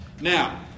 Now